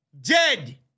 Dead